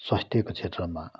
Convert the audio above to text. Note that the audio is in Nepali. स्वास्थ्यको क्षेत्रमा